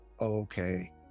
okay